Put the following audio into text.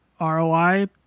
ROI